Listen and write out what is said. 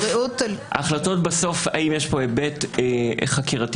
ההחלטות בסוף האם יש פה היבט חקירתי